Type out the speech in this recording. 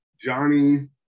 Johnny